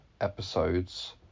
episodes